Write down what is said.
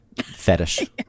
fetish